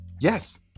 Yes